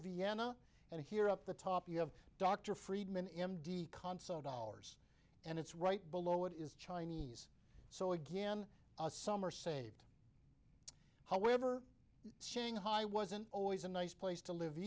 vienna and here up the top you have dr friedman m d console dollars and it's right below it is chinese so again some are saved however shanghai wasn't always a nice place to live